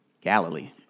Galilee